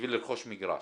בשביל לרכוש מגרש.